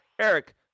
Eric